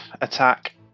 attack